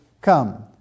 come